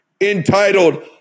entitled